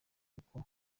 kuko